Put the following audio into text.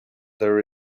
there